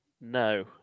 No